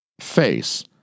face